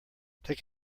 take